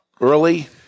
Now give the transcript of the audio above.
early